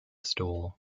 stool